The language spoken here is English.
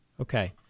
Okay